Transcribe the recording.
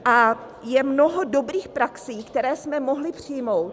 A je mnoho dobrých praxí, které jsme mohli přijmout.